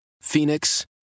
Phoenix